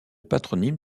patronyme